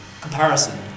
Comparison